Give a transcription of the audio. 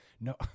No